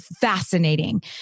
fascinating